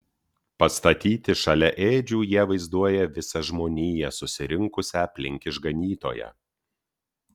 pastatyti šalia ėdžių jie vaizduoja visą žmoniją susirinkusią aplink išganytoją